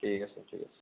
ঠিক আছে ঠিক আছে